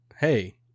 hey